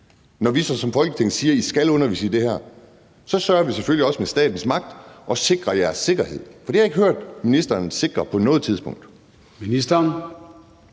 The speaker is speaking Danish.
når vi så som Folketing siger, at de skal undervise i det her, så sørger vi selvfølgelig også for med statens magt at sikre deres sikkerhed. Det har jeg ikke hørt ministeren sige at man vil gøre på noget tidspunkt.